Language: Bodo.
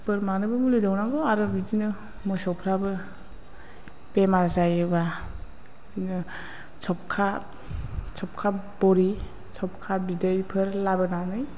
बोरमानोबो मुलि दौनांगौ आरो बिदिनो मोसौफोराबो बेमार जायोब्ला सबखा बरि सबखा बिदैफोर लाबोनानै